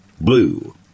blue